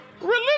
religion